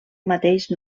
mateix